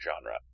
genre